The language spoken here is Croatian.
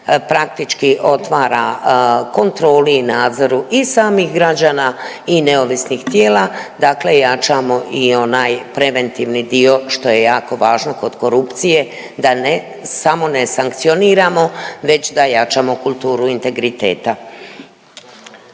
praktički otvara kontroli i nadzoru i samih građana i neovisnih tijela, dakle jačamo i onaj preventivni dio što je jako važno kod korupcije da ne, samo ne sankcioniramo već da jačamo kulturu integriteta.